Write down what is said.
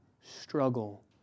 struggle